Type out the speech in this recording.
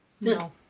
no